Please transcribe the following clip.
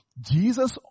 Jesus